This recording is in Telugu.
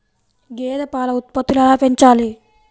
గేదె పాల ఉత్పత్తులు ఎలా పెంచాలి?